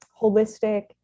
holistic